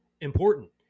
important